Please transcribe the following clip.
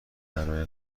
برای